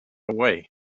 away